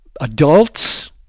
adults